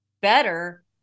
better